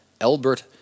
Albert